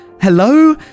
Hello